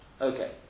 Okay